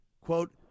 quote